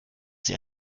sie